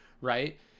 right